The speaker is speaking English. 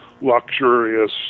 luxurious